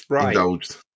indulged